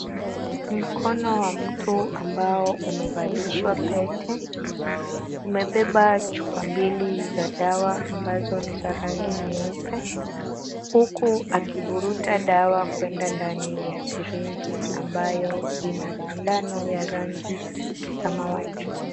Mkono wa mtu ambao umevalishwa pete. Umebeba chupa mbili za dawa ambazo ni za rangi nyeupe, huku akivuruta dawa kwenda ndani ya sirinji ambayo ina sindano ya rangi samawati.